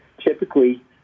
Typically